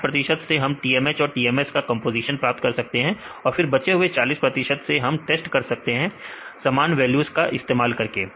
60 प्रतिशत से हम TMH और TMS का कंपोजीशन प्राप्त कर सकते हैं फिर बचे हुए 40 प्रतिशत से हम टेस्ट कर सकते हैं समान वैल्यू ज का इस्तेमाल करके